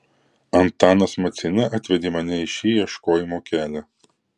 antanas maceina atvedė mane į šį ieškojimo kelią